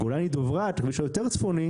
בגולני-דברת הכביש היותר צפוני